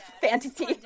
fantasy